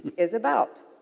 is about